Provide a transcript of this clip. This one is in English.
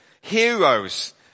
Heroes